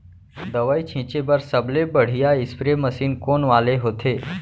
दवई छिंचे बर सबले बढ़िया स्प्रे मशीन कोन वाले होथे?